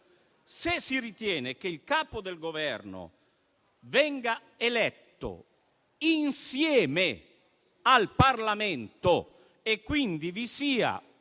Se si ritiene che il Capo del Governo venga eletto insieme al Parlamento e quindi vi sia